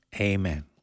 Amen